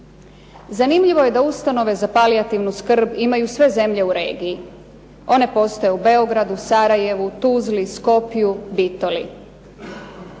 Zanimljivo je da ustanove za palijativnu skrb imaju sve zemlje u regiji. One postoje u Beogradu, Sarajevu, Tuzli, Skoplju, Bitoli.